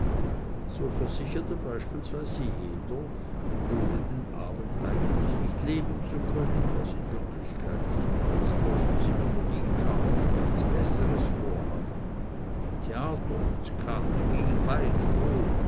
so versicherte beispielsweise jeder ohne den abend eigentlich nicht leben zu können was in wahrheit nicht ausschloß daß immer nur die kamen die nichts besseres vorhatten theater und skat gingen weit vor